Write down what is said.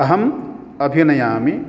अहम् अभिनयामि